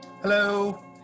Hello